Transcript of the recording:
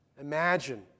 Imagine